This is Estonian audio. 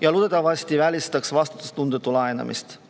ja loodetavasti välistaks vastutustundetu laenamise.